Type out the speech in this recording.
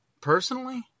personally